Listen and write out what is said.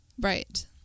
right